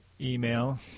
email